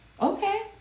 okay